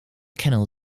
canal